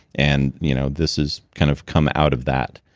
and you know this has kind of come out of that.